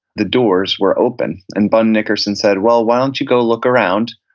the doors were open, and bun nickerson said, well, why don't you go look around?